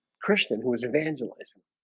christian who was evangelizing